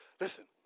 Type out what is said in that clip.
Listen